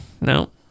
No